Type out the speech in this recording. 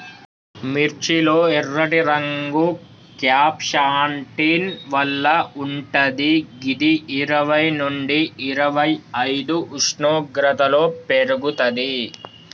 మిర్చి లో ఎర్రటి రంగు క్యాంప్సాంటిన్ వల్ల వుంటది గిది ఇరవై నుండి ఇరవైఐదు ఉష్ణోగ్రతలో పెర్గుతది